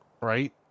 Right